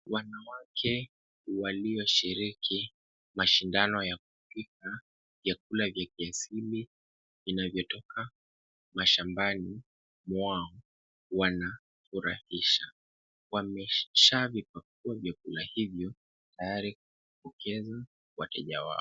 Wanawake, walioshiriki, mashindano ya kupika, vyakula vya kiasili, vinavyotoka mashambani, mwao, wana, furahisha, wamesha vipakua vyakula hivyo, tayari kupokeza, wateja wao.